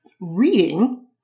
reading